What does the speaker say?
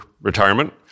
retirement